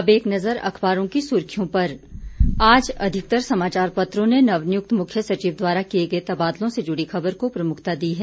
अब एक नजर अखबारों की सुर्खियों पर आज अधिकतर समाचार पत्रों ने नवनियुक्त मुख्य सचिव द्वारा किए गए तबादलों से जुड़ी खबर को प्रमुखता दी है